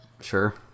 Sure